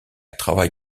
travaille